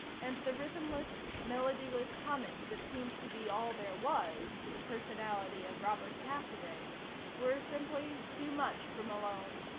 and the rhythmless, melodyless humming that seemed to be all there was to the personality of robert cassiday were simply too much for malone.